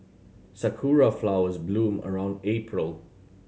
sakura flowers bloom around April